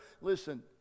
Listen